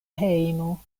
hejmo